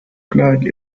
flag